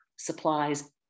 supplies